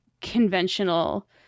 conventional